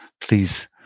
please